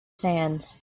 sands